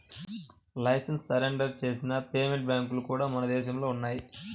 licence surrender చేసిన payment బ్యాంక్లు కూడా మన దేశంలో ఉన్నయ్యి